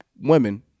women